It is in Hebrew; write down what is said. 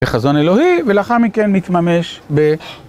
בחזון אלוהי, ולאחר מכן מתממש ב...